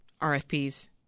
RFPs